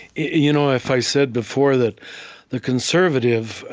you know if i said before that the conservative,